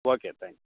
okay thank you